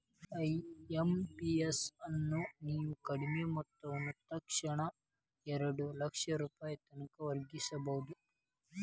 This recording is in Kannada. ಐ.ಎಂ.ಪಿ.ಎಸ್ ಅನ್ನು ನೇವು ಕಡಿಮಿ ಮೊತ್ತವನ್ನ ತಕ್ಷಣಾನ ಎರಡು ಲಕ್ಷ ರೂಪಾಯಿತನಕ ವರ್ಗಾಯಿಸ್ಬಹುದು